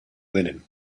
linen